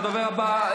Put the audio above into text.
הדובר הבא,